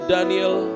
Daniel